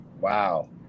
wow